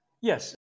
Yes